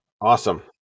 Awesome